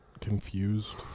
confused